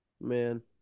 Man